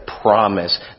promise